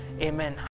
amen